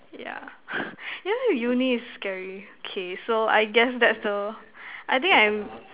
ya you know Uni is scary okay so I guess that's the I think I am